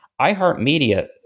iHeartMedia